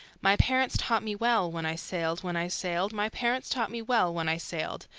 my parents taught me well, when i sailed, when i sailed, my parents taught me well when i sailed,